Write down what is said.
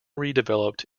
redeveloped